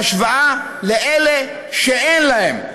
בהשוואה לאלה שאין להם.